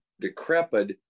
decrepit